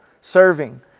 serving